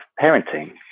parenting